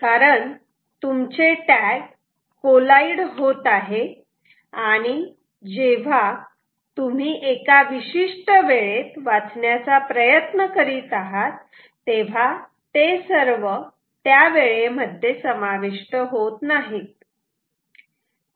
कारण तुमचे tag collide होत आहे आणि जेव्हा तुम्ही एका विशिष्ट वेळेत वाचण्याचा प्रयत्न करीत आहात तेव्हा ते सर्व त्या वेळेमध्ये समाविष्ट होत नाहीत